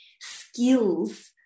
skills